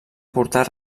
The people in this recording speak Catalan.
portar